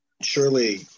surely